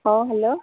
ହଁ ହ୍ୟାଲୋ